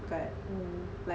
hmm